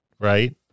right